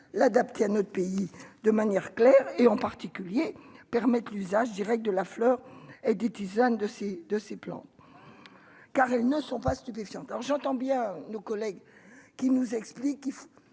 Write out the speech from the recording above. l'adapter à notre pays de manière claire et en particulier permettent l'usage directe de la fleur et des tisanes de ces, de ces plans car ils ne sont pas stupéfiante, or j'entends bien, nos collègues qui nous explique